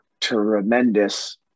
tremendous